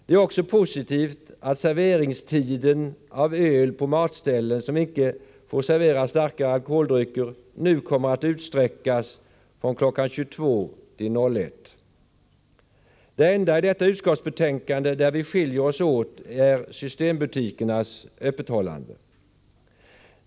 Det är också positivt att tiden för servering av öl på matställen som inte får servera starkare alkoholdrycker nu kommer att utsträckas från kl. 22 till 01. Den enda punkt i detta utskottsbetänkande där vi skiljer oss åt gäller systembutikernas öppethållande.